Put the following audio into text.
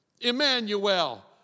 Emmanuel